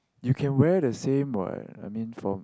you can wear the same what I mean from